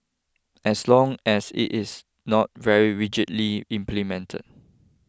as long as it is not very rigidly implemented